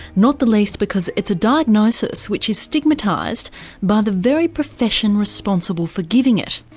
not the least because it's a diagnosis which is stigmatised by the very profession responsible for giving it.